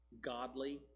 godly